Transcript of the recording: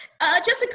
Jessica